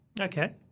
Okay